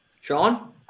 Sean